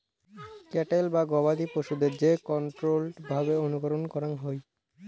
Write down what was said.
cattle বা গবাদি পশুদের যে কন্ট্রোল্ড ভাবে অনুকরণ করাঙ হই